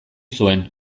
zuen